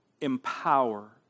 empower